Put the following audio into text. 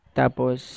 tapos